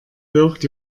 wirkt